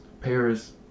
paris